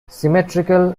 symmetrical